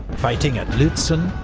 fighting at lutzen,